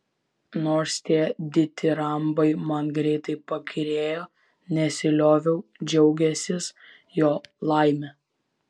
nors tie ditirambai man greitai pakyrėjo nesilioviau džiaugęsis jo laime